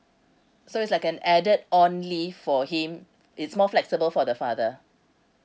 so is like an added on leave for him it's more flexible for the father